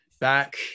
back